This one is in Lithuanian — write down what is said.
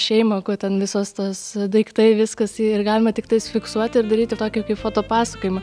šeimą ko ten visos tos daiktai viskas ir galima tiktais fiksuoti ir daryti tokį kaip fotopasakojimą